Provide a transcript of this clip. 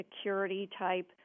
security-type